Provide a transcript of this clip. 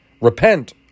Repent